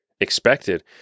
expected